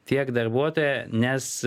tiek darbuotoją nes